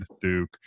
Duke